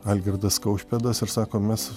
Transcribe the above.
algirdas kaušpėdas ir sako mes